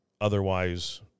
Otherwise